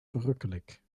verrukkelijk